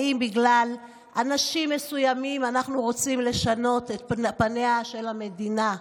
האם בגלל אנשים מסוימים אנחנו רוצים לשנות את פניה של המדינה?